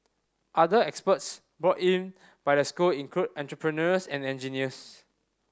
other experts brought in by the school include entrepreneurs and engineers